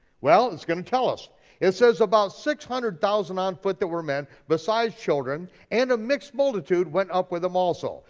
well, it's gonna tell us. it says about six hundred thousand on foot that were men besides children, and a mixed multitude went up with them also.